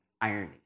Irony